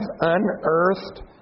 unearthed